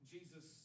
Jesus